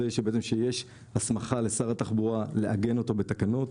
זה כשיש הסמכה לשר התחבורה לעגן אותו בתקנות,